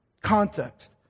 context